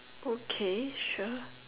okay sure